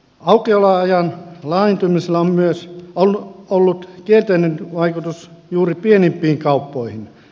aukioloajan laajentumisella on ollut kielteinen vaikutus juuri pienimpiin kauppoihin